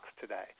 today